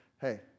hey